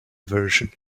version